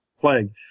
plague